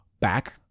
back